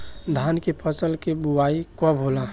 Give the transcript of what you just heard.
धान के फ़सल के बोआई कब होला?